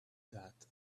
that